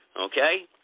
Okay